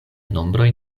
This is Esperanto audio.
nombroj